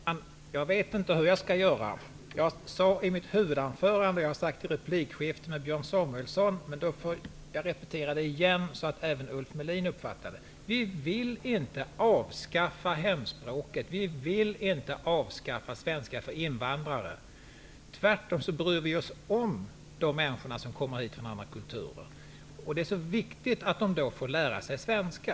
Herr talman! Jag vet inte hur jag skall göra. Jag sade det i mitt huvudanförande, och jag har sagt det i replikskiftet med Björn Samuelson. Jag får repetera det igen så att även Ulf Melin uppfattar det. Vi vill inte avskaffa hemspråksundervisningen. Vi vill inte avskaffa undervisningen i svenska för invandrare. Vi bryr oss tvärtom om människorna som kommer hit från andra kulturer. Det är viktigt att de får lära sig svenska.